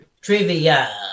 Trivia